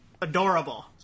adorable